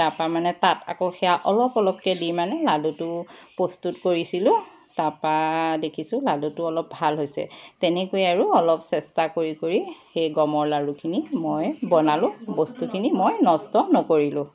তাপা মানে তাত আকৌ সেয়া অলপ অলপকৈ দি মানে লাডুটো প্ৰস্তুত কৰিছিলোঁ তাপা দেখিছোঁ লাডুটো অলপ ভাল হৈছে তেনেকৈ আৰু অলপ চেষ্টা কৰি কৰি সেই গমৰ লাৰুখিনি মই বনালোঁ বস্তুখিনি মই নষ্ট নকৰিলোঁ